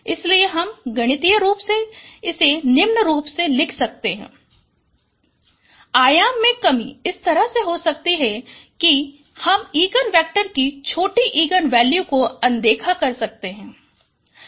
इसलिए हम गणितीय रूप से इसे लिख सकते हैं जैसे yjX Sei आयाम में कमी इस तरह से हो सकती है कि हम इगन वेक्टर की छोटी इगन वैल्यू को अनदेखा कर सकते हैं